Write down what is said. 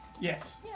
Yes